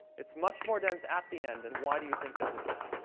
it's much more dense at the end. and why do you think that is?